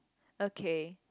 okay